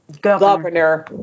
governor